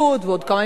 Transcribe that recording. וכמה מפה,